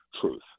truth